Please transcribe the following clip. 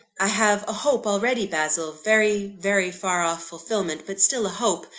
i have a hope already, basil very, very far off fulfilment but still a hope.